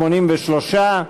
83,